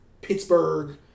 Pittsburgh